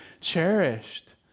cherished